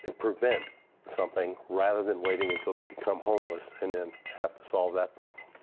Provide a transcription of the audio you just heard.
and prevent something rather than waiting until they become homeless. and then have to solve that problem.